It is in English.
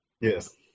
Yes